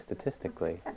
statistically